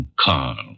Carl